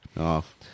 Off